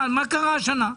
מה קרה השנה.